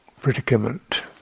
predicament